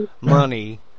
money